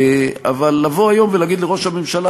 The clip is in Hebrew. אבל לבוא היום ולהגיד לראש הממשלה,